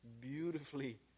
beautifully